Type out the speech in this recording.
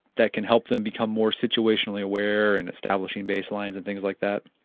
that can help them become more situationally aware and establishing baselines and things like that?